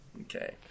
Okay